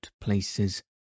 places